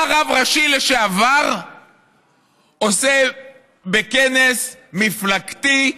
מה רב ראשי לשעבר עושה בכנס מפלגתי?